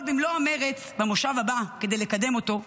במלוא המרץ במושב הבא כדי לקדם אותו,